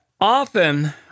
often